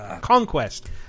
Conquest